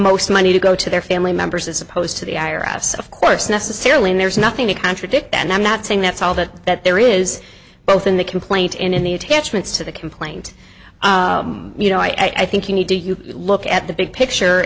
most money to go to their family members as opposed to the i r s of course necessarily and there's nothing to contradict and i'm not saying that's all that that there is both in the complaint and in the attachments to the complaint you know i think you need to look at the big picture